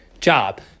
job